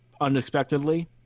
unexpectedly